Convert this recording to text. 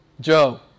Joe